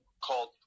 called